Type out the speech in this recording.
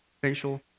facial